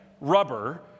rubber